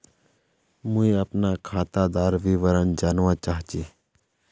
मुई अपना खातादार विवरण जानवा चाहची?